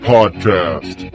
Podcast